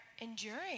enduring